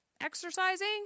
exercising